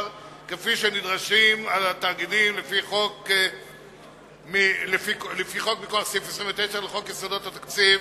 כפי שנדרשים התאגידים לפי חוק מכוח סעיף 29 לחוק יסודות התקציב,